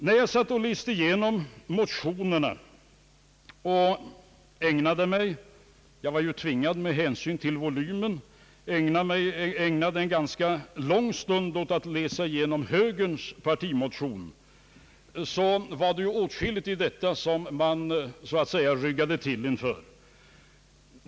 När jag läste igenom motionerna och ägnade mig — jag var ju tvungen därtill med hänsyn till velymen — en ganska lång stund åt att läsa igenom högerns partimotion, var det åtskilligt i den som jag ryggade tillbaka inför.